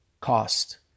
cost